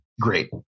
great